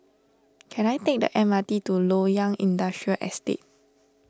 can I take the M R T to Loyang Industrial Estate